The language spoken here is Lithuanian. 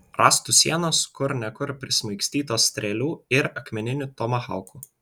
rąstų sienos kur ne kur prismaigstytos strėlių ir akmeninių tomahaukų